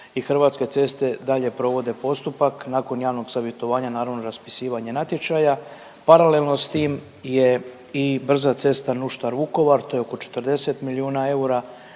i Hrvatske ceste dalje provode postupak nakon javnog savjetovanja, naravno, raspisivanje natječaja, paralelno s tim je i brza cesta Nuštar-Vukovar, to je oko 40 milijuna eura.